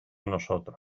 nosotros